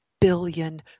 billion